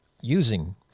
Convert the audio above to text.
using